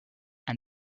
and